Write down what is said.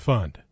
Fund